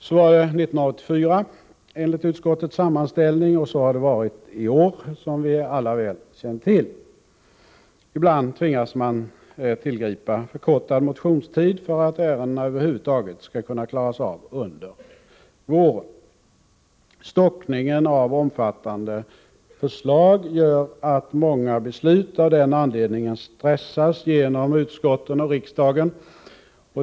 Så var det 1984 enligt utskottets sammanställning, och så har det varit i år — som vi alla väl känner till. Ibland tvingas man tillgripa förkortning av motionstiden för ärendena över huvud taget skall kunna klaras av under våren. Stockningen av omfattande förslag gör att många beslut av den anledningen stressas genom utskotten och riksdagen.